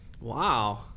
Wow